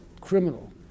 criminal